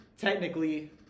technically